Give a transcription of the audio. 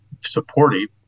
supportive